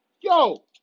yo